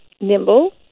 nimble